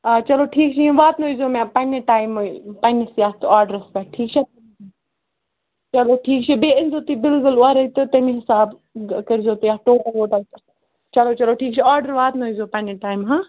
آ چلو ٹھیٖک چھِ یِم واتنٲیِزیٚو مےٚ پَننہِ ٹایمہٕ پَنٕنِس یَتھ آرڈرَس پٮ۪ٹھ ٹھیٖک چھا چلو ٹھیٖک چھُ بیٚیہِ أنۍ زیٚو تُہۍ بِلگُل اورَے تہٕ تَمہِ حِساب کٔرۍ زیٚو تُہۍ اَتھ ٹوٹَل ووٹَل چلو چلو ٹھیٖک چھُ آرڈَر واتنٲیِزیٚو پَننہِ ٹایمہٕ ہاں